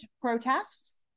protests